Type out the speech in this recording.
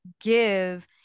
give